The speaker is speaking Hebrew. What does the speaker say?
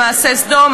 במעשה סדום,